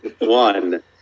One